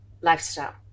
lifestyle